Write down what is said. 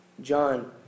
John